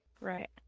Right